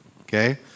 okay